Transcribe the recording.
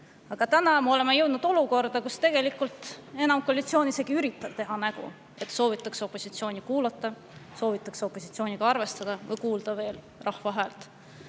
Aga täna me oleme jõudnud olukorda, kus tegelikult koalitsioon enam isegi ei ürita teha nägu, et soovitakse opositsiooni kuulata, soovitakse opositsiooniga arvestada ja kuulda ka rahva